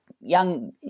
young